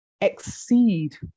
Exceed